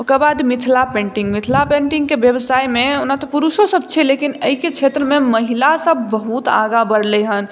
ओकरबाद मिथिला पेन्टिंग मिथिला पेन्टिंगके व्यवसायमे ओना तऽ पुरुषो सब छै लेकिन एहिके क्षेत्रमे महिला सब बहुत आगाँ बढ़लै हन